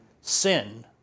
sin